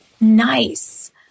nice